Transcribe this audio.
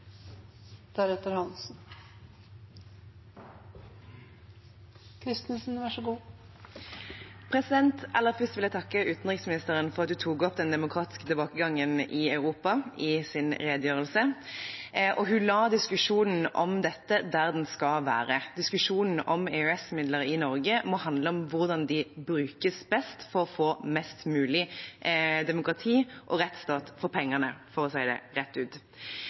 demokratiske tilbakegangen i Europa i sin redegjørelse. Hun la diskusjonen om dette der den skal være. Diskusjonen om EØS-midler i Norge må handle om hvordan de brukes best for å få mest mulig demokrati og rettsstat for pengene, for å si det rett ut.